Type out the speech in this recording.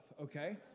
Okay